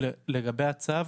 לגבי הצו,